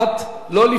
01:00, לא לפני כן,